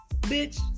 Bitch